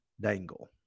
Dangle